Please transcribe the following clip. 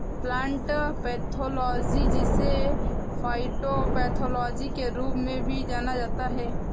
plant pathology जिसे phytopathology के रूप में भी जाना जाता है